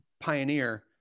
pioneer